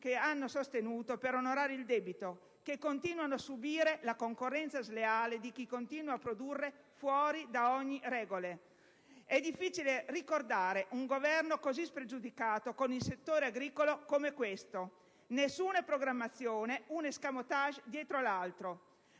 che hanno sostenuto per onorare il debito, che continuano a subire la concorrenza sleale di chi continua a produrre fuori da ogni regola. È difficile ricordare un Governo così spregiudicato con il settore agricolo, come questo. Nessuna programmazione, un *escamotage* dietro l'altro,